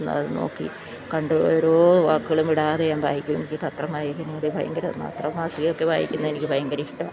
ഒന്നത് നോക്കി കണ്ട് ഓരോ വാക്കുകളും വിടാതെ ഞാന് വായിക്കും എനിക്ക് പത്രം വായിക്കുന്നത് ഭയങ്കരം പത്രവും മാസികയുമൊക്കെ വായിക്കുന്നത് എനിക്ക് ഭയങ്കരം ഇഷ്ടമാണ്